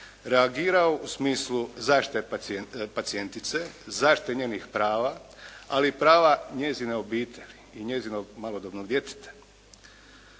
reagirao u smislu zaštite pacijentice, zaštite njenih prava, ali i prava njezine obitelji i njezinog malodobnog djeteta.